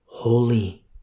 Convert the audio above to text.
holy